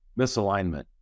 misalignment